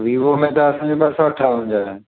Vivo में त असांजो ॿ सौ अठावंजाह आहे